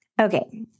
Okay